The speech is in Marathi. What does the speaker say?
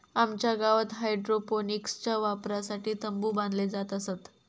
आमच्या गावात हायड्रोपोनिक्सच्या वापरासाठी तंबु बांधले जात असत